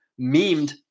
memed